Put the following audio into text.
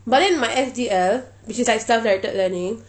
but then my S_D_L which is like self-directed learning